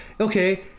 okay